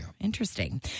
Interesting